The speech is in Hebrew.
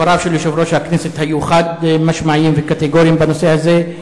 דבריו של יושב-ראש הכנסת היו חד-משמעיים וקטגוריים בנושא הזה.